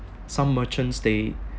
some merchants they